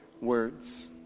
words